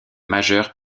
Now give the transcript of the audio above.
majeur